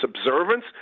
observance